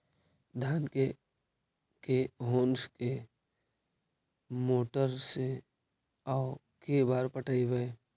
धान के के होंस के मोटर से औ के बार पटइबै?